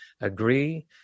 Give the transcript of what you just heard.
agree